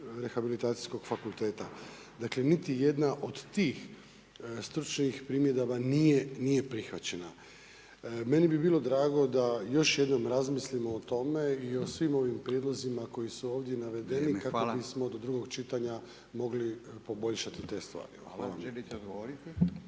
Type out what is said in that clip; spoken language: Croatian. rehabilitacijskog fakulteta. Dakle, niti jedna od tih stručnih primjedaba nije prihvaćena. Meni bi bilo drago da još jednom razmislimo o tome i o svim ovim prijedlozima koji su ovdje navedeni kako bismo do drugog čitanja mogli poboljšati te stvari. **Radin,